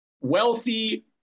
wealthy